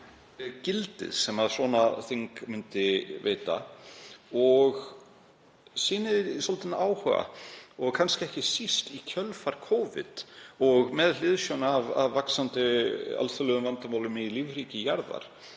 gildið sem svona þing myndi hafa og sýni svolítinn áhuga, kannski ekki síst í kjölfar Covid og með hliðsjón af vaxandi alþjóðlegum vandamálum í lífríki jarðar,